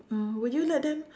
uh would you let them